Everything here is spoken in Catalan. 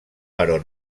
però